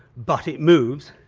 but it moves